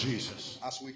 Jesus